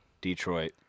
Detroit